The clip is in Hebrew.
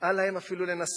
אל להן אפילו לנסות.